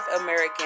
American